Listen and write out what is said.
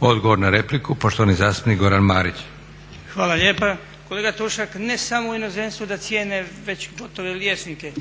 Odgovor na repliku, poštovani zastupnik Goran Marić. **Marić, Goran (HDZ)** Hvala lijepa. Kolega Tušak ne samo u inozemstvu da cijene već gotove liječnike